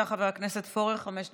בבקשה, חבר הכנסת פורר, חמש דקות.